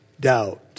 doubt